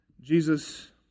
Jesus